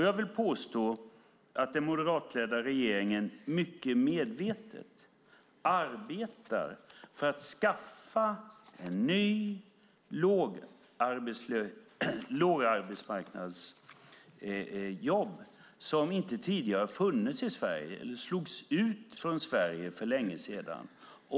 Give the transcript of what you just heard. Jag vill påstå att den moderatledda regeringen mycket medvetet arbetar för att skapa en ny låglönearbetsmarknad som inte tidigare har funnits i Sverige. Den slogs ut från Sverige för länge sedan.